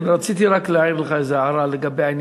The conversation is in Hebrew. רציתי רק להעיר לך איזו הערה לגבי העניין.